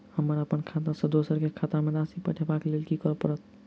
हमरा अप्पन खाता सँ दोसर केँ खाता मे राशि पठेवाक लेल की करऽ पड़त?